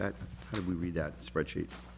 that we read that spreadsheet